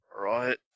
Right